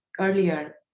earlier